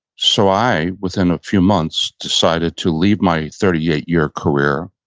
so i, within a few months, decided to leave my thirty eight year career